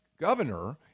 governor